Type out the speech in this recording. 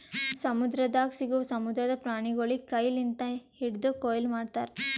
ಸಮುದ್ರದಾಗ್ ಸಿಗವು ಸಮುದ್ರದ ಪ್ರಾಣಿಗೊಳಿಗ್ ಕೈ ಲಿಂತ್ ಹಿಡ್ದು ಕೊಯ್ಲಿ ಮಾಡ್ತಾರ್